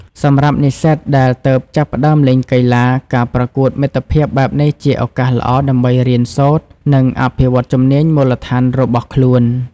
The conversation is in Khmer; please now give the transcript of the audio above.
សម្រាប់និស្សិតដែលទើបចាប់ផ្ដើមលេងកីឡា ការប្រកួតមិត្តភាពបែបនេះជាឱកាសល្អដើម្បីរៀនសូត្រ និងអភិវឌ្ឍជំនាញមូលដ្ឋានរបស់ខ្លួន។